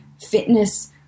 fitness